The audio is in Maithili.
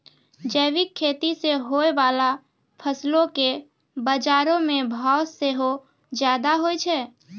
जैविक खेती से होय बाला फसलो के बजारो मे भाव सेहो ज्यादा होय छै